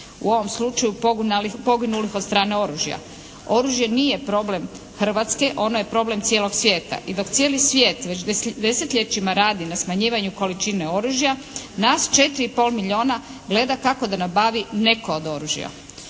u ovom slučaju poginulih od strane oružja. Oružje nije problem Hrvatske, ono je problem cijelog svijeta. I dok cijeli svijet već desetljećima radi na smanjivanju količine oružje nas 4 i pol milijuna gleda kako da nabavi neko od oružja.